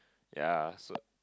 ya so